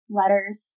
letters